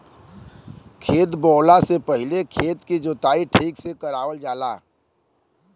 खेत बोवला से पहिले खेत के जोताई ठीक से करावल जाला